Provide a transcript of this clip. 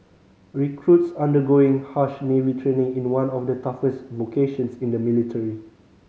recruits undergoing harsh Navy training in one of the toughest vocations in the military